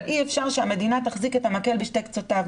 אבל אי אפשר שהמדינה תחזיק את המקל בשני קצותיו.